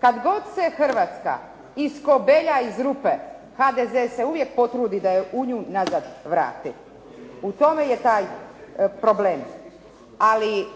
kad god se Hrvatska iskobelja iz rupe, HDZ se uvijek potrudi da je u nju nazad vrati. U tome je taj problem. Ali